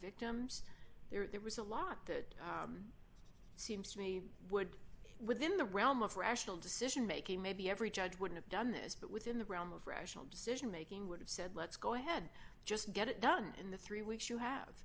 victims there was a lot that seems to me would within the realm of rational decision making maybe every judge would have done this but within the realm of rational decision making would have said let's go ahead just get it done in the three weeks you have